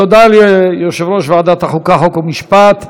תודה ליושב-ראש ועדת החוקה, חוק ומשפט.